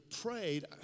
prayed